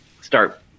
start